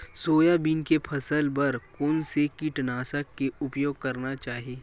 Soybean के फसल बर कोन से कीटनाशक के उपयोग करना चाहि?